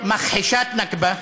מכחישת נכבה.